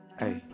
hey